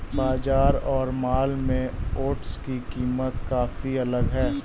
बाजार और मॉल में ओट्स की कीमत काफी अलग है